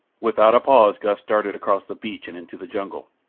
without a pause gust darted across the beach and into the jungle.